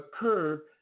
occur